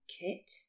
kit